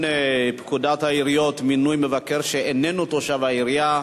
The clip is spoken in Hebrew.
פקודת העיריות (מינוי מבקר שאיננו תושב העירייה),